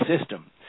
system